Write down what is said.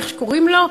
איך שקוראים לו,